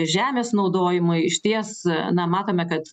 žemės naudojimui išties na matome kad